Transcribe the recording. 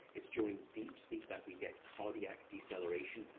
it's during deep sleep that we get cardiac deceleration.